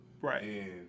Right